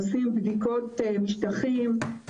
עושים בדיקות משטחים,